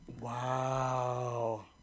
Wow